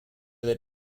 that